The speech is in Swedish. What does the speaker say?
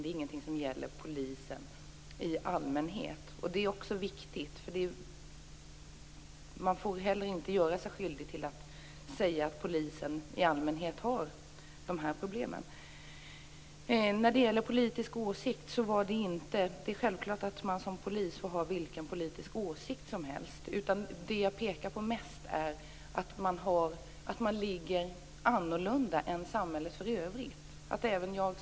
Det är ingenting som gäller polisen i allmänhet. Det är viktigt. Man får inte heller göra sig skyldig till att säga att polisen i allmänhet har de här problemen. Det är självklart att man som polis få ha vilken politisk åsikt som helst. Det jag pekar på är att man ligger annorlunda i förhållande till samhället i övrigt.